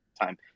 time